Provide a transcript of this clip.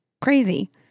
crazy